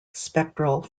spectral